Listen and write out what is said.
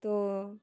তো